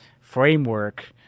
framework-